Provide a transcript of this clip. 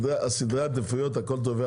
אנחנו לא קובעים את סדרי העדיפויות, אנחנו